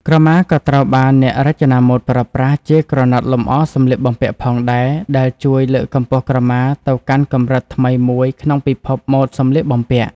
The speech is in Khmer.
ក្រមាក៏ត្រូវបានអ្នករចនាម៉ូដប្រើប្រាស់ ជាក្រណាត់លម្អសម្លៀកបំពាក់ផងដែរ ដែលជួយលើកកម្ពស់ក្រមាទៅកាន់កម្រិតថ្មីមួយក្នុងពិភពម៉ូដសម្លៀកបំពាក់។